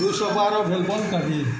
तू सोफार भेल्पन करी